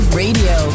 radio